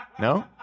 no